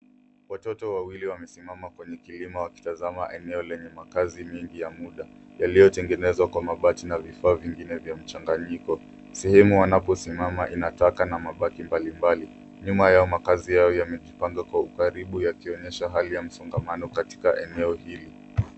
Watoto wawili wamesimama kwenye kilima wakitazama eneo lenye makazi mingi ya muda, yaliyotengenezwa kwa mabati na vifaa vingine vya mchanganyiko. Sehemu wanaposimama ina taka na mabaki mbalimbali. Nyuma yao makazi yamejipanga kwa ukaribu yakionyesha hali ya msongamano katika eneo hili.